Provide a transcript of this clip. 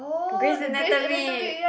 Grey's-Anatomy